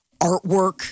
artwork